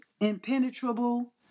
impenetrable